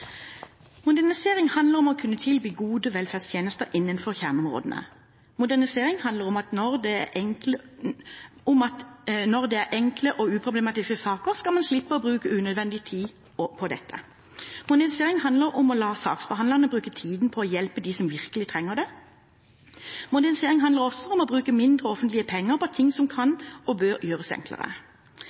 Modernisering handler om å kunne tilby gode velferdstjenester innenfor kjerneområdene. Modernisering handler om at når det er enkle og uproblematiske saker, skal man slippe å bruke unødvendig tid på dette. Modernisering handler om å la saksbehandlerne bruke tiden på å hjelpe dem som virkelig trenger det. Modernisering handler også om å bruke mindre offentlige penger på ting som kan og bør gjøres enklere.